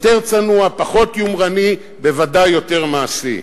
יותר צנוע, פחות יומרני, בוודאי יותר מעשי.